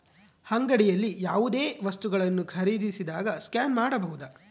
ಅಂಗಡಿಯಲ್ಲಿ ಯಾವುದೇ ವಸ್ತುಗಳನ್ನು ಖರೇದಿಸಿದಾಗ ಸ್ಕ್ಯಾನ್ ಮಾಡಬಹುದಾ?